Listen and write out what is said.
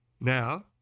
Now